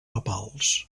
papals